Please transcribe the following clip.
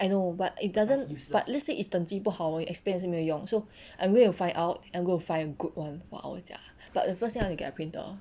I know but it doesn't but let's say is 等级不好 hor 你 expand 也是没有用 so I'm going to find out and I'm going to find good for our 家 but the first thing I want to get a printer